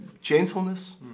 gentleness